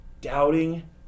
doubting